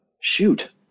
shoot